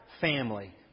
family